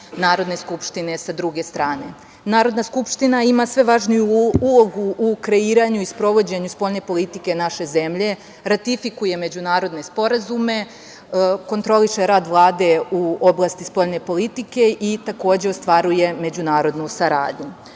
Narodne skupštine sa druge strane. Narodna skupština ima sve važniju ulogu u kreiranju i sprovođenju spoljne politike naše zemlje, ratifikuje međunarodne sporazume, kontroliše rad Vlade u oblasti spoljne politike i ostvaruje međunarodnu saradnju.U